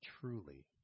truly